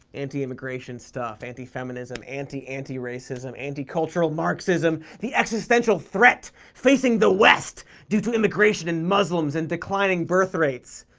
anti-immigration stuff, anti feminism, anti-anti-racism, anti-cultural-marxism, the existential threat facing the west due to immigration and muslims and declining birth rates.